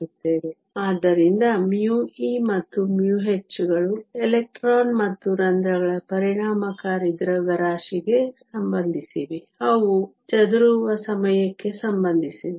ಆದ್ದರಿಂದ μe ಮತ್ತು μh ಗಳು ಎಲೆಕ್ಟ್ರಾನ್ ಮತ್ತು ರಂಧ್ರಗಳ ಪರಿಣಾಮಕಾರಿ ದ್ರವ್ಯರಾಶಿಗೆ ಸಂಬಂಧಿಸಿವೆ ಮತ್ತು ಅವು ಚದುರುವ ಸಮಯಕ್ಕೆ ಸಂಬಂಧಿಸಿವೆ